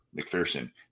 McPherson